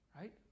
Right